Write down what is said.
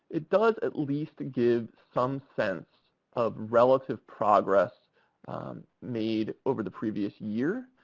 it does at least give some sense of relative progress made over the previous year.